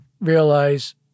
realize